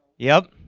yep,